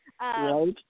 right